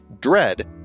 Dread